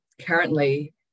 currently